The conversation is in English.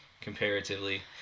Comparatively